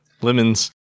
Lemons